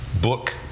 book